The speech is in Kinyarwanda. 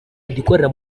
ikorera